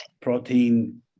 protein